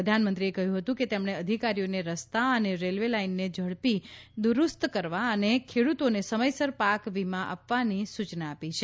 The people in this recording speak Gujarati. પ્રધાનમંત્રીએ કહ્યું હતું કે તેમણે અધિકારીઓને રસ્તા અને રેલવે લાઇનને ઝડપી દ્દરૂસ્ત કરવા અને ખેડ્રતોને સમયસર પાક વિમા આપવાની સૂચના આપી છે